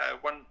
one